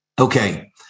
Okay